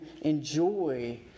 enjoy